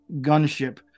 gunship